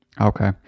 Okay